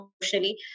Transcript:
emotionally